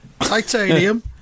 Titanium